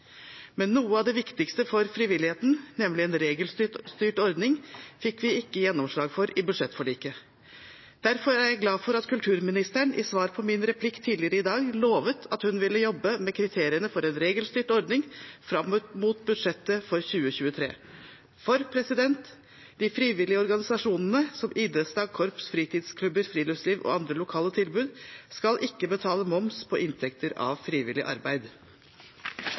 Men noe av det viktigste for frivilligheten, nemlig en regelstyrt ordning, fikk vi ikke gjennomslag for i budsjettforliket. Derfor er jeg glad for at kulturministeren i svar på min replikk tidligere i dag lovet at hun ville jobbe med kriteriene for en regelstyrt ordning fram mot budsjettet for 2023 – for de frivillige organisasjonene, som idrettslag, korps, fritidsklubber, friluftsliv og andre lokale tilbud, skal ikke betale moms på inntekter av frivillig arbeid.